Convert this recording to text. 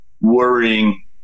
worrying